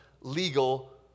legal